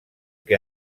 que